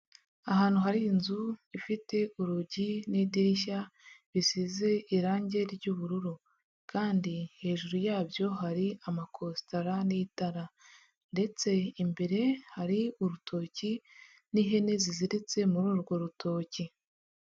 Ahantu hari inzu ifite urugi n'idirishya bisize irangi ry'ubururu, kandi hejuru yabyo hari amakositara n'itara, ndetse imbere hari urutoki n'ihene ziziritse muri urwo rutoki.